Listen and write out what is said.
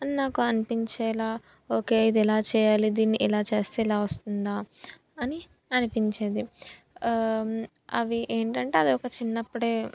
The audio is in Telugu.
అని నాకు అనిపించేలా ఓకే ఇది ఇలా చేయాలి దీన్ని ఇలా చేస్తే ఇలా వస్తుందా అని అనిపించేది అవి ఏంటంటే అదొక చిన్నప్పుడే